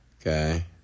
okay